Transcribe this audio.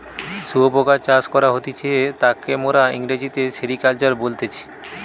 শুয়োপোকা চাষ করা হতিছে তাকে মোরা ইংরেজিতে সেরিকালচার বলতেছি